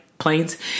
planes